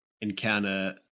encounter